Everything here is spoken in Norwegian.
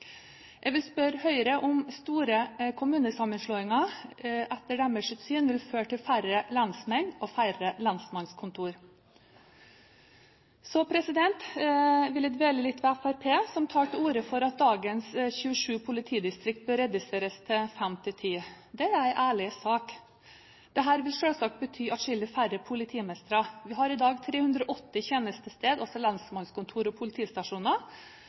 Jeg vil spørre Høyre om store kommunesammenslåinger etter deres syn vil føre til færre lensmenn og færre lensmannskontor. Så vil jeg dvele litt ved Fremskrittspartiet, som tar til orde for at dagens 27 politidistrikt bør reduseres til 5–10. Det er en ærlig sak. Dette vil selvsagt bety atskillig færre politimestre. Vi har i dag 380 tjenestesteder, altså lensmannskontor og politistasjoner.